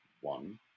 one